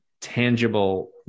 tangible